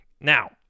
now